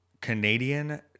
Canadian